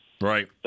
Right